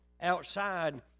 outside